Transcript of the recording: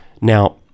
now